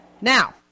Now